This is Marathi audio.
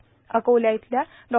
यात अकोला इथल्या डॉ